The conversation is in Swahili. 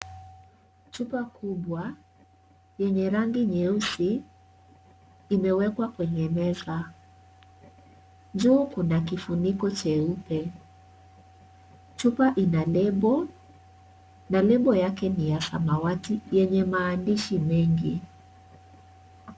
Chupa kubwa yenye rangi nyeusi imewekwa kwenye meza. Juu kuna kifuniko cheupe. Chupa ina lebo na lebo yake ni ya samawati yenye maandishi mengi.